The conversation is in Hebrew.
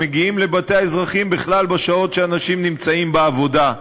מגיעים לבתי האזרחים בכלל בשעות שאנשים נמצאים בעבודה.